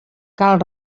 cal